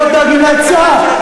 אתם לא דואגים להיצע,